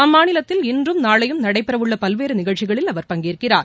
அம்மாநிலத்தில் இன்றும் நாளையும் நடைபெற உள்ள பல்வேறு நிகழ்ச்சிகளில் அவர் பங்கேற்கிறார்